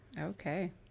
Okay